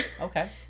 okay